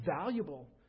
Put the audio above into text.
valuable